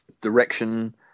direction